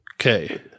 Okay